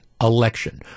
election